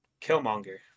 killmonger